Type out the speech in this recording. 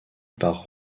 par